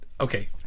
Okay